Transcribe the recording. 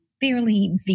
fairly